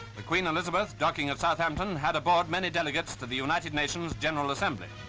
queen elizabeth, docking at southampton, had aboard many delegates to the united nations general assembly.